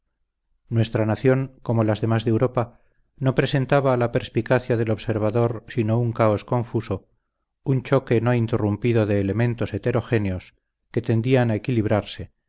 nuestra nación como las demás de europa no presentaba a la perspicacia del observador sino un caos confuso un choque no interrumpido de elementos heterogéneos que tendían a equilibrarse